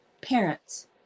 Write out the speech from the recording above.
parents